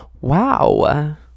Wow